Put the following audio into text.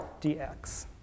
dx